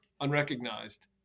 unrecognized